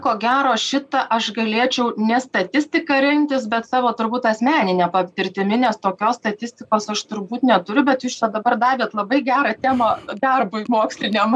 ko gero šitą aš galėčiau ne statistiką rinktis bet savo turbūt asmenine patirtimi nes tokios statistikos aš turbūt neturiu bet jūs čia dabar davėt labai gerą temą darbui moksliniam